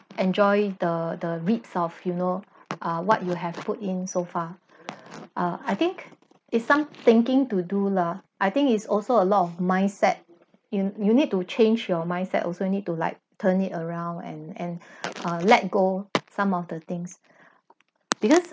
enjoy the the reaps of you know ah what you have put in so far uh I think it's some thinking to do lah I think is also a lot of mindset you you need to change your mindset also need to like turn it around and and uh let go some of the things because